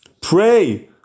Pray